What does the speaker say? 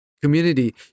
Community